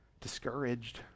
discouraged